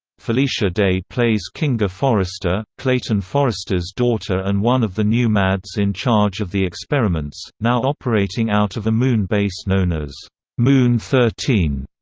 felicia day plays kinga forrester, clayton forrester's daughter and one of the new mads in charge of the experiments, now operating out of a moon base known as moon thirteen.